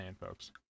folks